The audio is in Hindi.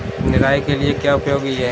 निराई के लिए क्या उपयोगी है?